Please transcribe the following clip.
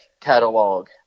catalog